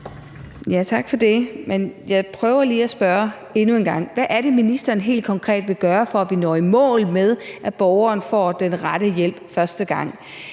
Tak for det. Jeg prøver lige at spørge endnu en gang: Hvad er det, ministeren helt konkret vil gøre, for at vi når i mål med, at borgeren får den rette hjælp første gang?